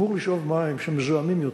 אמור לשאוב מים שמזוהמים יותר,